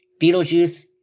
beetlejuice